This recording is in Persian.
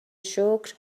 شکر